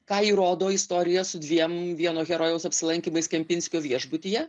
ką įrodo istorija su dviem vieno herojaus apsilankymais kempinskio viešbutyje